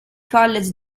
college